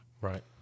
Right